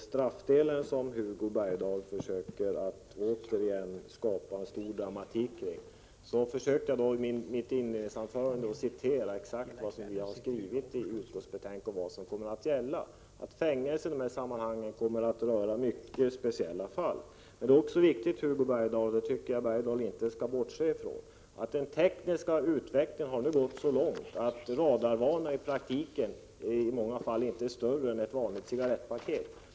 Herr talman! Hugo Bergdahl försökte återigen skapa stor dramatik kring straffdelen i förslaget. I mitt inledningsanförande citerade jag exakt vad vi 135 har skrivit i utskottsbetänkandet — och vad som kommer att gälla. Fängelse kommer i dessa sammanhang endast att utdömas i mycket speciella fall. Men det är också viktigt — och det tycker jag att Hugo Bergdahl inte skall bortse från — att den tekniska utvecklingen nu har gått så långt att radarvarnare i många fall inte är större än ett cigarettpaket.